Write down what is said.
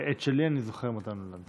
את שלי אני זוכר מתי הוא נולד.